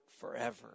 forever